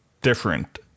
different